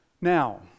Now